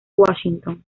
washington